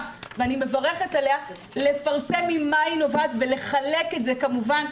ואני מברכת עליה לפרסם ממה היא נובעת ולחלק את זה כמובן,